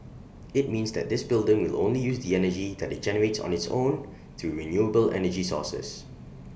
IT means that this building will only use the energy that IT generates on its own through renewable energy sources